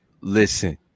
listen